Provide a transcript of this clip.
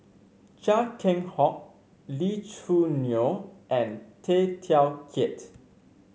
Chia Keng Hock Lee Choo Neo and Tay Teow Kiat